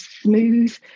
smooth